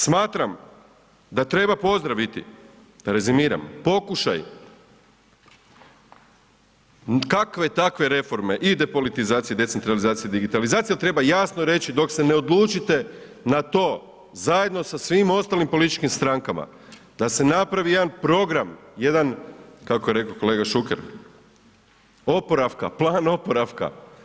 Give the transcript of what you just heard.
Smatram da treba pozdraviti, rezimiram, pokušaj kakve takve reforme i depolitizacije, decentralizacije, digitalizacije ali treba jasno reći dok se ne odlučite na to, zajedno sa svim ostalim političkim strankama da se napravi jedan program, jedan kako je rekao kolega Šuker, oporavka, plan oporavka.